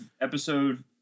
episode